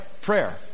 Prayer